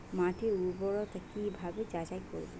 মাটির উর্বরতা কি ভাবে যাচাই করব?